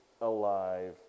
alive